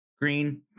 green